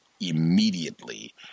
immediately